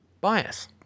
bias